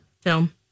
Film